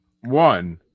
one